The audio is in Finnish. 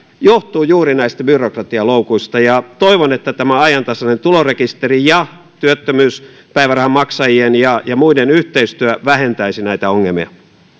johtuu juuri näistä byrokratialoukuista toivon että tämä ajantasainen tulorekisteri ja työttömyyspäivärahan maksajien ja ja muiden yhteistyö vähentäisi näitä ongelmia